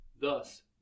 Thus